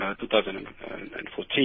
2014